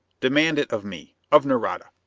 demand it of me. of nareda!